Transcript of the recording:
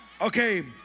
Okay